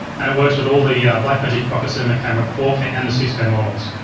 and it works with all the blackmagic pocket cinema camera four k and the six k models.